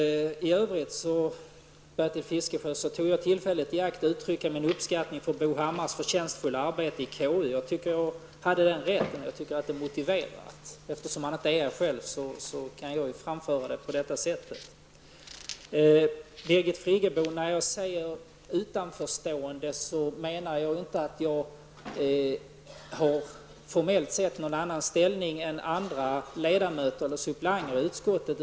I övrigt, Bertil Fiskesjö, tog jag tillfället i akt att uttrycka min uppskattning av Bo Hammars förtjänstfulla arbete i KU. Jag tycker att det är motiverat, och jag tycker att jag har den rätten. Eftersom han inte själv är här, kan jag framföra det på detta sätt. När jag säger utanförstående, Birgit Friggebo, menar jag inte att jag formellt sett har någon annan ställning än andra ledamöter och suppleanter i utskottet.